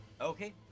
Okay